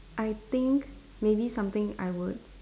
I think maybe something I would